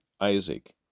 Isaac